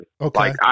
Okay